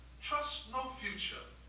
trust no future,